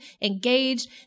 engaged